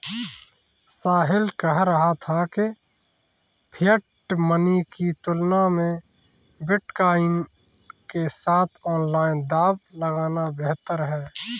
साहिल कह रहा था कि फिएट मनी की तुलना में बिटकॉइन के साथ ऑनलाइन दांव लगाना बेहतर हैं